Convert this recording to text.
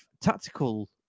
tactical